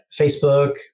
facebook